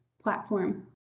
platform